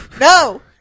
No